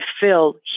fill